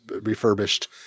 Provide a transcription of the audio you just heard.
refurbished